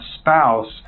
spouse